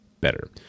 better